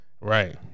right